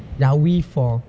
ya we four